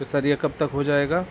تو سر یہ کب تک ہو جائے گا